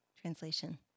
translation